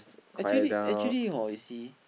actually actually hor you see